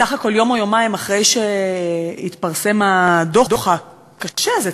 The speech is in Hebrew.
בסך הכול יום או יומיים אחרי שהתפרסם הדוח הקשה הזה,